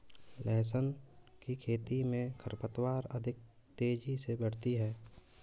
लहसुन की खेती मे खरपतवार अधिक तेजी से बढ़ती है